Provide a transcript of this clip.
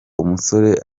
umusore